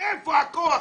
איפה הכוח?